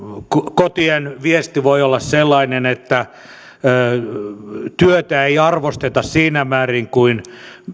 kotien viesti voi olla sellainen että työtä ei arvosteta siinä määrin kuin